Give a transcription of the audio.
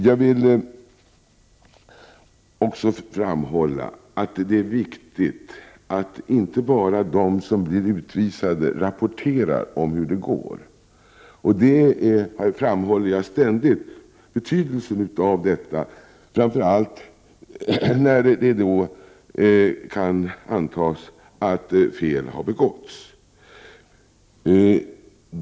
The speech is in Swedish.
Jag vill också framhålla att det är viktigt att det inte bara är de som blir utvisade som rapporterar om hur det går. Jag framhåller ständigt betydelsen av detta — särskilt när det kan antas att fel har begåtts.